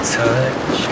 touch